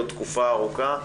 עוד תקופה ארוכה,